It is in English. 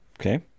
Okay